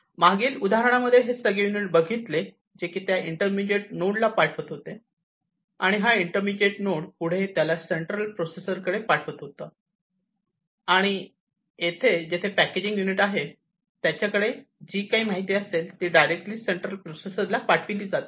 मागील उदाहरणांमध्ये हे सगळे युनिट बघितले जे त्या इंटरमीडिएट नोंडला पाठवीत होते आणि हा इंटरमीडिएट नोंड पुढे त्याला येथे सेंट्रल प्रोसेसर कडे पाठवत होता आणि येथे जेथे पॅकेजिंग युनिट आहे त्याच्याकडे जी काय माहिती ती असते ती डायरेक्टली सेंट्रल प्रोसेसरला पाठवली जाते